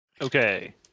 Okay